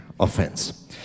offense